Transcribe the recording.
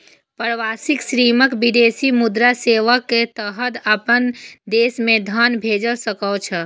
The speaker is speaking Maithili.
प्रवासी श्रमिक विदेशी मुद्रा सेवाक तहत अपना देश मे धन भेज सकै छै